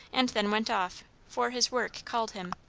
and then went off for his work called him.